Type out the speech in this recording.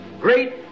great